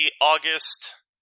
August